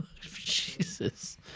Jesus